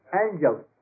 angel